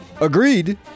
Agreed